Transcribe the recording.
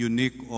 Unique